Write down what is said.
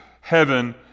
heaven